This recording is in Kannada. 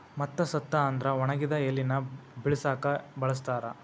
ಮತ್ತ ಸತ್ತ ಅಂದ್ರ ಒಣಗಿದ ಎಲಿನ ಬಿಳಸಾಕು ಬಳಸ್ತಾರ